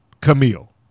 Camille